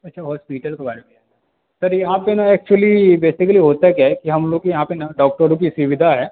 अच्छा हॉस्पिटल के बारे में सर यहाँ पर ना एक्चुअली बेसिकली होता क्या है कि हम लोग यहाँ पर ना डॉक्टरों की सुविधा है